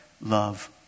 love